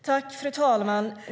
Fru talman!